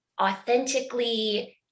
authentically